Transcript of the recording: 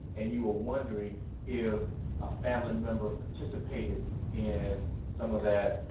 and you were wondering if a family member participated in some of that,